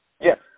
Yes